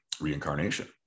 reincarnation